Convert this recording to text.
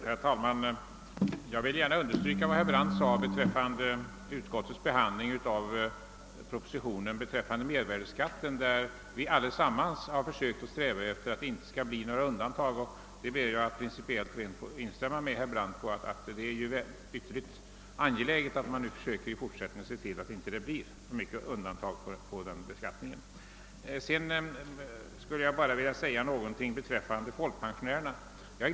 Herr talman! Jag vill understryka vad herr Brandt sade om utskottets behandling av propositionen om mervärdeskatt, nämligen att vi alla har försökt undvika undantag. Jag håller principiellt med herr Brandt om att det är ytterst angeläget att man i fortsättningen ser till att det inte blir så många undantag från denna beskattning. Sedan bara ett par ord om folkpensionärerna.